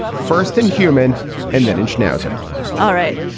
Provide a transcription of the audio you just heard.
first in human and then in schnitzer all right.